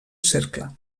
cercle